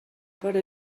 però